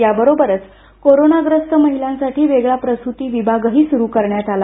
याबरोबरच कोरोनाग्रस्त महिलांसाठी वेगळा प्रसूती विभागही सूरू करण्यात आला